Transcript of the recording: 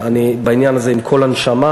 אני בעניין הזה עם כל הנשמה,